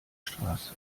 straße